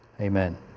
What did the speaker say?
Amen